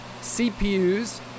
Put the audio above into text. CPUs